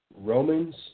Romans